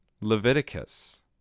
Leviticus